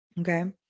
Okay